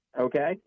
Okay